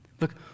Look